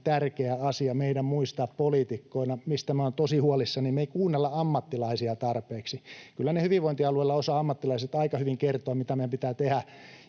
tärkeä asia meidän muistaa poliitikkoina, mistä minä olen tosi huolissani. Me ei kuunnella ammattilaisia tarpeeksi. Kyllä ne ammattilaiset hyvinvointialueilla osaavat aika hyvin kertoa, mitä meidän pitää tehdä,